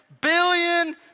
billion